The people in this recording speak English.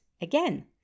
again